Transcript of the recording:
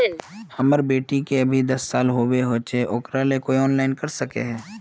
हमर बेटी के अभी दस साल होबे होचे ओकरा ले कुछ ऑनलाइन कर सके है?